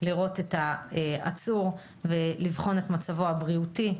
לראות את העצור ולבחון את מצבו הבריאותי.